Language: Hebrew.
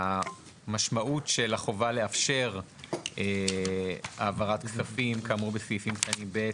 המשמעות של החובה לאפשר העברת כספים כאמור בסעיפים (ב),